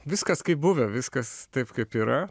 viskas kaip buvę viskas taip kaip yra